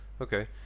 okay